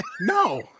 No